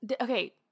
Okay